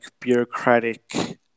bureaucratic